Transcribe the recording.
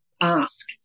ask